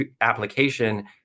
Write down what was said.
application